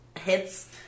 hits